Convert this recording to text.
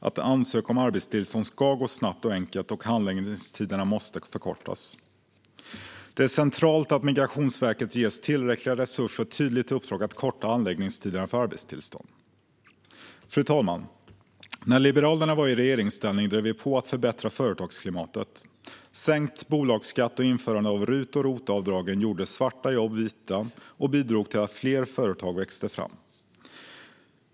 Att ansöka om arbetstillstånd ska gå snabbt och enkelt, och handläggningstiderna måste kortas. Det är centralt att Migrationsverket ges tillräckliga resurser och ett tydligt uppdrag att korta handläggningstiderna för arbetstillstånd. Fru talman! När Liberalerna var i regeringsställning drev vi på för att förbättra företagsklimatet. Sänkt bolagsskatt och införandet av RUT och ROT-avdragen gjorde svarta jobb vita och bidrog till att fler företag växte fram.